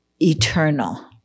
eternal